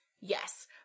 Yes